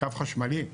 קו חשמלי.